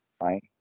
Right